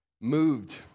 moved